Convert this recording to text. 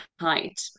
height